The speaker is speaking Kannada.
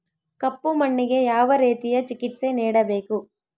ಕಪ್ಪು ಮಣ್ಣಿಗೆ ಯಾವ ರೇತಿಯ ಚಿಕಿತ್ಸೆ ನೇಡಬೇಕು?